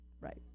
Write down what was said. Right